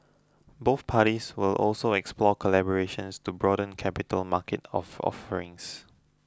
both parties will also explore collaborations to broaden capital market of offerings